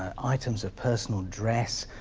um items of personal dress,